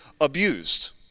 abused